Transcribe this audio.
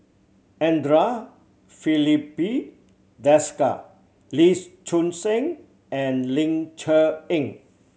Andre Filipe Desker Lee Choon Seng and Ling Cher Eng